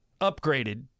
upgraded